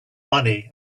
money